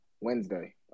Wednesday